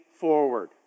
forward